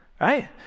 right